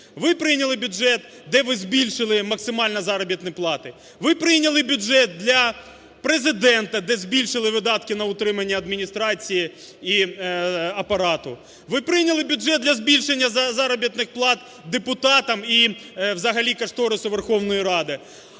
ви прийняли бюджет, де ви збільшили максимально заробітні плати, ви прийняли бюджет для Президента, де збільшили видатки на утримання Адміністрації і апарату, ви прийняли бюджет для збільшення заробітних плат депутатам і взагалі кошторису Верховної Ради.